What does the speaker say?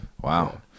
wow